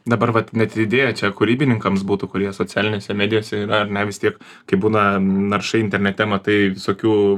dabar vat net ir idėja čia kūribininkams būtų kurie socialinėse medijose yra ar ne vis tiek kaip būna naršai internete matai visokių